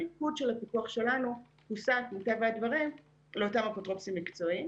המיקוד של הפיקוח שלנו הוסט מטבע הדברים לאותם אפוטרופוסים מקצועיים,